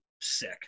sick